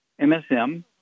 MSM